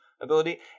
ability